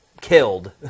killed